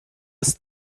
ist